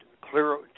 clear